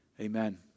amen